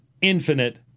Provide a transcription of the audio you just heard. infinite